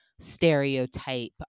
Stereotype